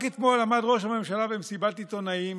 רק אתמול עמד ראש הממשלה במסיבת עיתונאים